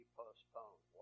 postponed